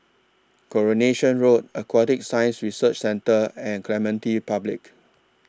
Coronation Road Aquatic Science Research Centre and Clementi Public